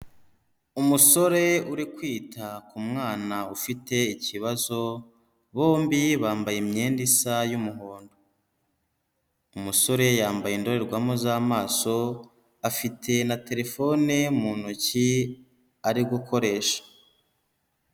Umusore uri kwita ku mwana ufite ikibazo bombi bambaye imyenda isa y'umuhondo, umusore yambaye indorerwamo z'amaso, afite na telefone mu ntoki ari gukoresha.